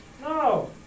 No